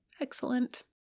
Excellent